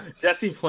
Jesse